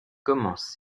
commence